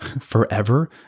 Forever